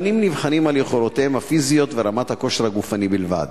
הבנים נבחנים על יכולותיהם הפיזיות ורמת הכושר הגופני בלבד.